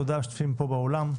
תודה למשתתפים פה באולם,